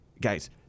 guys